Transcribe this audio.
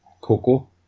Coco